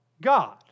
God